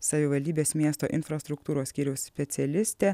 savivaldybės miesto infrastruktūros skyriaus specialistė